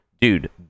dude